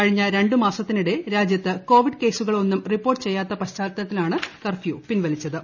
കഴിഞ്ഞ രണ്ടു മാസത്തിനിടെ രാജ്യത്ത് കോവിഡ് കേസുകൾ ഒന്നും റിപ്പോർട്ട് ചെയ്യാത്ത പശ്ചാത്തലത്തിലാണ് കർഫ്യൂ പിൻവലിച്ചത്